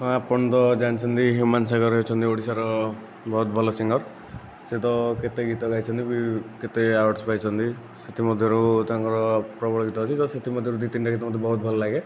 ଆଉ ଆପଣ ତ ଜାଣିଛନ୍ତି ହ୍ୟୁମାନ ସାଗର ହେଉଛନ୍ତି ଓଡ଼ିଶାର ବହୁତ୍ ଭଲ ସିଙ୍ଗର୍ ସେ ତ କେତେ ଗୀତ ଗାଇଛନ୍ତି ବି କେତେ ଆୱାର୍ଡସ୍ ପାଇଛନ୍ତି ସେଥିମଧ୍ୟରୁ ତାଙ୍କର ପ୍ରବଳ ଗୀତ ଅଛି ସେଥିମଧ୍ୟରୁ ମୋତେ ଦୁଇ ତିନିଟା ଗୀତ ମୋତେ ବହୁତ ଭଲ ଲାଗେ